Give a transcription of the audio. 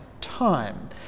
time